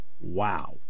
Wow